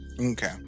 Okay